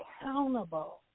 accountable